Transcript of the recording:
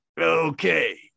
okay